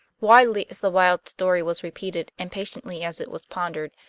widely as the wild story was repeated, and patiently as it was pondered,